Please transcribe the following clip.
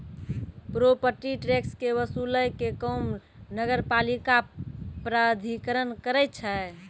property tax के वसूलै के काम नगरपालिका प्राधिकरण करै छै